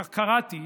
כך קראתי,